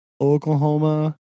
Oklahoma